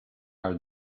are